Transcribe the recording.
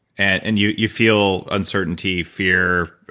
and and you you feel uncertainty, fear,